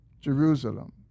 Jerusalem